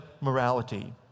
morality